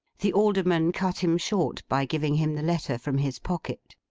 the alderman cut him short by giving him the letter from his pocket.